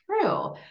true